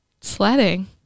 sledding